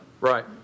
right